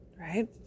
Right